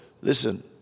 listen